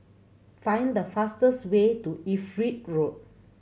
find the fastest way to Everitt Road